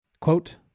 Quote